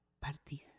parties